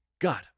god